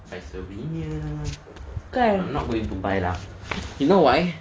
buy souvenir I'm not going to buy lah you know why